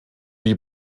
die